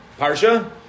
Parsha